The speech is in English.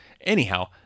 Anyhow